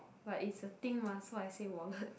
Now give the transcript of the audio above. but is a thing mah so I say wallet